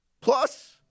Plus